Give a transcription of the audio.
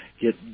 Get